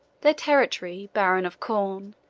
their territory, barren of corn,